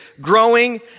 growing